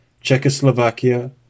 Czechoslovakia